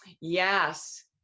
Yes